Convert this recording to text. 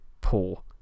poor